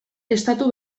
estatu